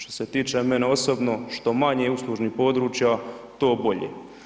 Što se tiče mene osobno, što manje uslužnih područja, to bolje.